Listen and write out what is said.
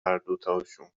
هردوتاشون